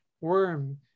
worm